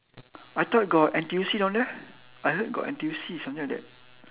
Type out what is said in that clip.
I thought got N_T_U_C down there I heard got N_T_U_C something like that